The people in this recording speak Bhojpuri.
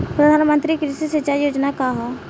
प्रधानमंत्री कृषि सिंचाई योजना का ह?